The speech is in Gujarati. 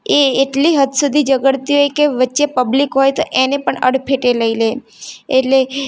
એ એટલી હદ સુધી ઝઘડતી હોય કે વચ્ચે પબ્લિક હોય તો એને પણ અડફેટ લઈ લે એટલે